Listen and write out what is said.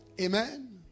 Amen